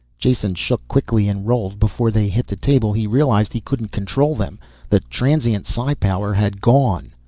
jason shook quickly and rolled. before they hit the table he realized he couldn't control them the transient psi power had gone.